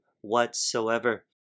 whatsoever